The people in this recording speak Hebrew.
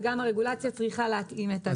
וגם הרגולציה צריכה להתאים את עצמה.